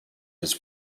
his